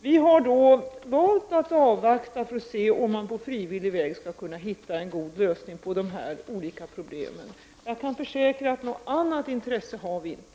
Vi har valt att avvakta för att se om man på frivillig väg skall kunna hitta en god lösning på problemen. Jag kan försäkra att något annat intresse har vi inte.